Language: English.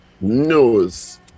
knows